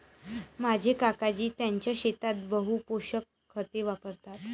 माझे काकाजी त्यांच्या शेतात बहु पोषक खते वापरतात